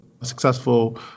successful